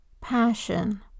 passion